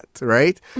right